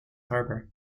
harbor